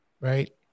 right